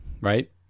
right